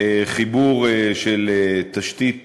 חיבור של תשתית